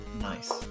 Nice